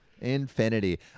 Infinity